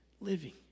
living